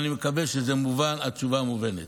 אני מקווה שזה מובן, שהתשובה מובנת.